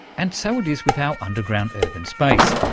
and so it is with our underground urban space.